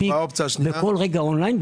כל רגע און ליין.